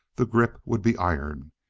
the grip would be iron.